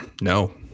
No